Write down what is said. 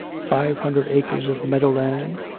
five hundred acres of meadow-land,